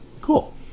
Cool